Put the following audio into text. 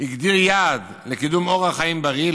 הגדיר יעד לקידום אורח חיים בריא,